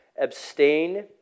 abstain